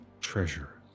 treasure